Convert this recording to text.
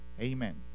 Amen